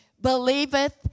believeth